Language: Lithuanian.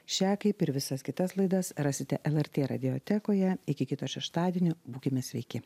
šią kaip ir visas kitas laidas rasite lrtė radiotekoje iki kito šeštadienio būkime sveiki